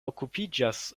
okupiĝas